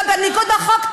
זה בניגוד לחוק.